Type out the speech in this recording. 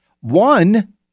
One